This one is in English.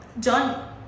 John